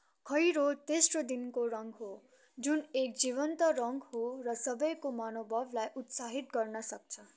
खैरो तेस्रो दिनको रङ हो जुन एक जीवन्त रङ हो र सबैको मनोभवलाई उत्साहित गर्न सक्छ